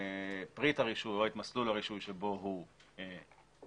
פריט הרישוי או את מסלול הרישוי בו הוא הלך"